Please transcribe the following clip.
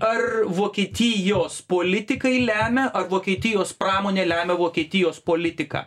ar vokietijos politikai lemia ar vokietijos pramonė lemia vokietijos politiką